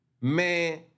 man